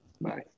Bye